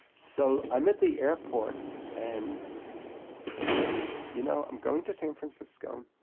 so i'm at the airport, and i'm thinking, you know, i'm going to san francisco, um